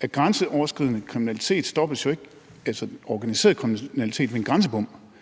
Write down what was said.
at grænseoverskridende organiseret kriminalitet jo ikke stoppes ved en grænsebom.